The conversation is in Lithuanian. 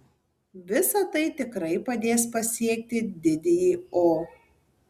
visa tai tikrai padės pasiekti didįjį o